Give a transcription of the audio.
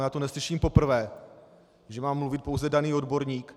Já to neslyším poprvé, že má mluvit pouze daný odborník.